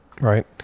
right